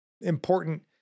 important